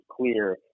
clear